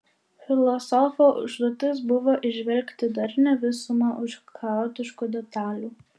filosofo užduotis buvo įžvelgti darnią visumą už chaotiškų detalių